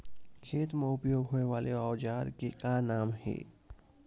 खेत मा उपयोग होए वाले औजार के का नाम हे?